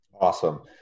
Awesome